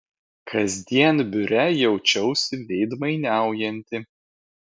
kasdien biure jaučiausi veidmainiaujanti